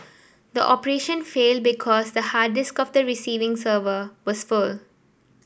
the operation failed because the hard disk of the receiving server was full